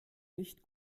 nicht